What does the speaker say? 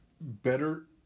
better